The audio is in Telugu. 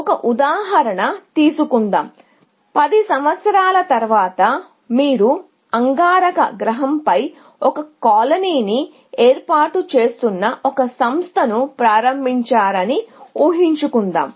ఒక ఉదాహరణ తీసుకుందాం 10 సంవత్సరాల తరువాత మీరు అంగారక గ్రహంపై ఒక కాలనీని ఏర్పాటు చేయబోతున్న ఒక సంస్థను ప్రారంభించారని ఉహించుకుందాం